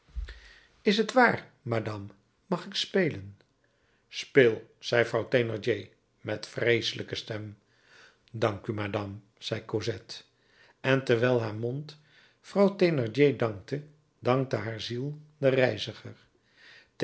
is t waar madame mag ik spelen speel zei vrouw thénardier met vreeselijke stem dank u madame zei cosette en terwijl haar mond vrouw thénardier dankte dankte haar ziel den reiziger